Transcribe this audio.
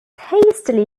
hastily